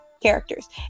characters